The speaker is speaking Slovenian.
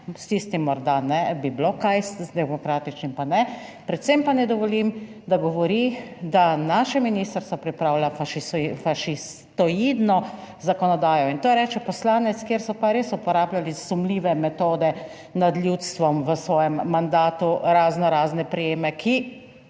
s tistim morda bi bilo kaj, z demokratičnim pa ne, predvsem pa ne dovolim, da govori, da naše ministrstvo pripravlja fašistoidno zakonodajo. In to reče poslanec, kjer so pa res uporabljali sumljive metode nad ljudstvom v svojem mandatu raznorazne prijeme, ki